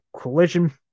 Collision